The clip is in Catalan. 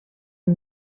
amb